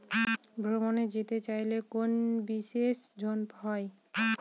ভ্রমণে যেতে চাইলে কোনো বিশেষ ঋণ হয়?